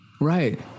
Right